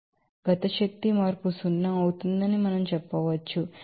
కాబట్టి kinetic energy change సున్నా అవుతుందని మనం చెప్పవచ్చు